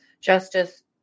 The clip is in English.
justice